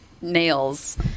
nails